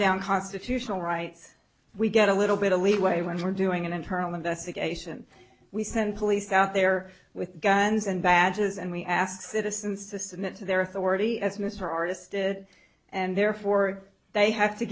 down constitutional rights we get a little bit of leeway when we're doing an internal investigation we send police out there with guns and badges and we ask citizens to submit to their authority as mr artist it and therefore they have to